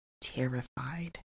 terrified